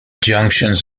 junctions